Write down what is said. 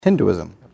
Hinduism